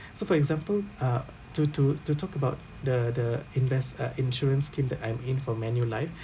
so for example uh to to to talk about the the invest uh insurance scheme that I'm in for Manulife